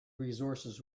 resources